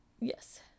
Yes